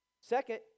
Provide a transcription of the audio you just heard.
Second